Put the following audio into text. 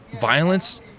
violence